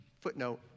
footnote